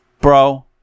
bro